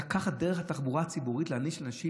דרך התחבורה הציבורית להעניש אנשים,